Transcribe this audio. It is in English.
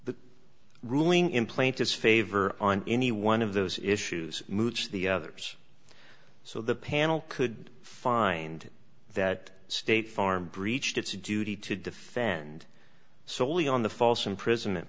ruling in plaintiff's favor on any one of those issues mooch the others so the panel could find that state farm breached its duty to defend soley on the false imprisonment